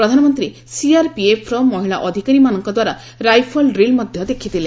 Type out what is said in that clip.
ପ୍ରଧାନମନ୍ତ୍ରୀ ସିଆର୍ପିଏଫର ମହିଳା ଅଧିକାରୀମାନଙ୍କ ଦ୍ୱାରା ରାଇଫଲ୍ ଡ୍ରିଲ୍ ମଧ୍ୟ ଦେଖିଥିଲେ